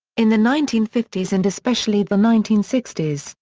in the nineteen fifty s and especially the nineteen sixty s,